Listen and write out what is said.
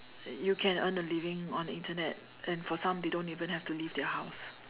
you can earn a living on the Internet and for some they don't even have to leave their house